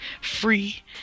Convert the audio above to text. Free